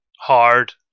hard